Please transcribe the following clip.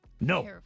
No